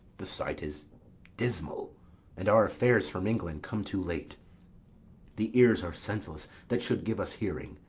the sight is dismal and our affairs from england come too late the ears are senseless that should give us hearing,